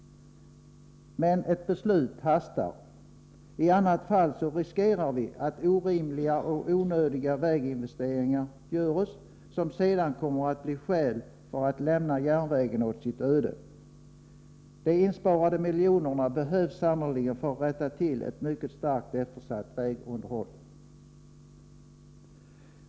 Men ett beslut hastar. I annat fall riskerar vi att orimliga och onödiga väginvesteringar görs som sedan kommer att bli skäl för att lämna järnvägen åt sitt öde. De insparade miljonerna behövs sannerligen för att rätta till ett mycket starkt eftersatt vägunderhåll.